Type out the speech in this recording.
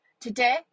Today